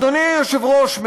אדוני היושב-ראש,